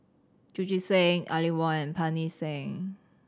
Chu Chee Seng Aline Wong and Pancy Seng